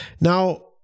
now